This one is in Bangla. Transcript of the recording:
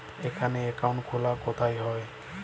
এখানে অ্যাকাউন্ট খোলা কোথায় হয়?